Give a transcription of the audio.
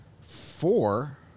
four